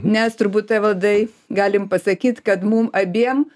nes turbūt evaldai galim pasakyt kad mum abiem